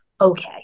okay